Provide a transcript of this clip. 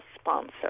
sponsor